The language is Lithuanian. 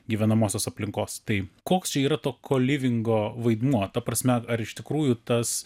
gyvenamosios aplinkos tai koks yra to kolivingo vaidmuo ta prasme ar iš tikrųjų tas